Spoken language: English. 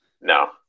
No